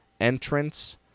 entrance